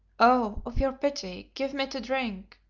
oh! of your pity, give me to drink.